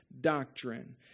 doctrine